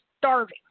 starving